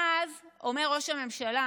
ואז, אומר ראש הממשלה